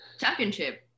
championship